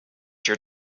your